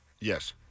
Yes